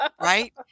Right